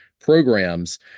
programs